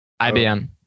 IBM